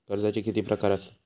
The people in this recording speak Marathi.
कर्जाचे किती प्रकार असात?